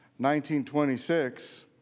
1926